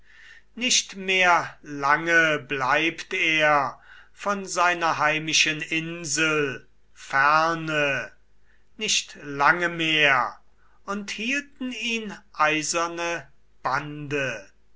nicht mehr lange bleibt er von seiner heimischen insel ferne nicht lange mehr und hielten ihn eiserne bande